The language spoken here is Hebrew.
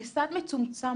לסד מצומצם,